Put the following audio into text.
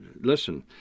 listen